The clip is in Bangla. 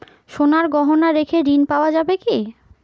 সোনার গহনা রেখে ঋণ পাওয়া যাবে কি?